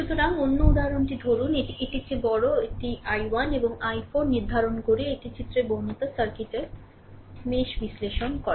সুতরাং অন্য উদাহরণটি ধরুন এটি এটির চেয়ে বড় এটি I1 এবং i4 নির্ধারণ করে এটি চিত্রে বর্ণিত সার্কিটের মেশ বিশ্লেষণ ব্যবহার করে